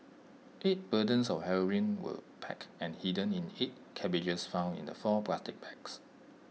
eight bundles of heroin were packed and hidden in eight cabbages found in the four plastic bags